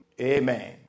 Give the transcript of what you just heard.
amen